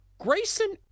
Grayson